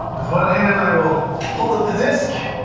with one hand, i will hold up the disk,